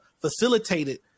facilitated